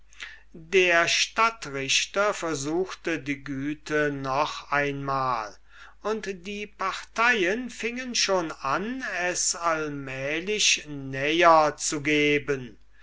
der stadtrichter versuchte die güte noch einmal und die parteien fingen schon an es allmählig näher zu geben